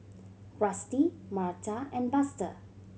Rusty Marta and Buster